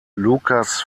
lucas